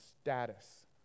status